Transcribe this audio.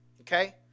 okay